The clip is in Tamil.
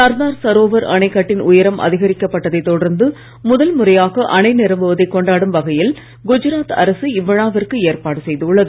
சர்தார் சரோவர் அணைக் கட்டின் உயரம் அதிகரிக்கப்பட்டதை தொடர்ந்து முதல் முறையாக அணை நிரம்புவதை கொண்டாடும் வகையில் குஜராத் அரசு இவ்விழாவிற்கு ஏற்பாடு செய்துள்ளது